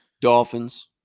Dolphins